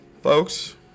Folks